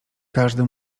każdy